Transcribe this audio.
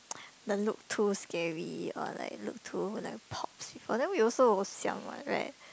the look too scary or like look too like popz people then we also will siam one right